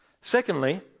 Secondly